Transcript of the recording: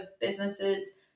businesses